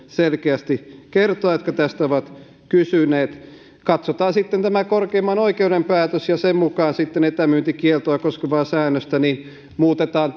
selkeästi kertoa näille ihmisille jotka tästä ovat kysyneet katsotaan sitten tämä korkeimman oikeuden päätös ja sen mukaan sitten etämyyntikieltoa koskevaa säännöstä muutetaan